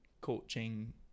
coaching